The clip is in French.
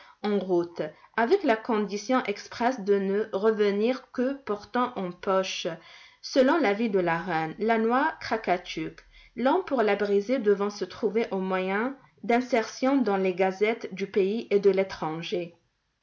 en route avec la condition expresse de ne revenir que portant en poche selon l'avis de la reine la noix krakatuk l'homme pour la briser devant se trouver au moyen d'insertions dans les gazettes du pays et de l'étranger